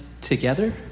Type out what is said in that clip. together